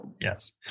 Yes